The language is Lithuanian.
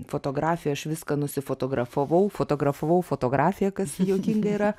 fotografiją aš viską nusifotografavau fotografavau fotografiją kas juokinga yra